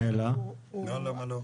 לא.